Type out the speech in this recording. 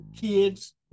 kids